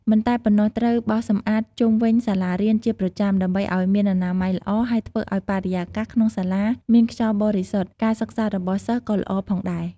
មិនតែប៉ុណ្ណោះត្រូវបោសសម្អាតជុំវិញសាលារៀនជាប្រចាំដើម្បីឲ្យមានអនាម័យល្អហើយធ្វើឲ្យបរិយាកាសក្នុងសាលាមានខ្យល់បរិសុទ្ធ ការសិក្សារបស់សិស្សក៏ល្អផងដែរ។